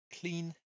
clean